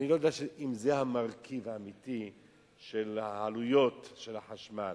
אני לא יודע אם זה המרכיב האמיתי של עלויות החשמל.